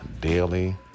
daily